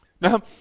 Now